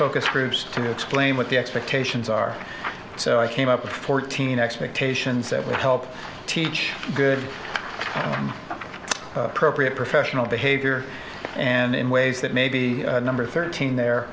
focus groups to explain what the expectations are so i came up with fourteen expectations that would teach good appropriate professional behavior and in ways that maybe number thirteen